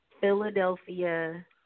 Philadelphia